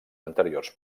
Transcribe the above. anteriors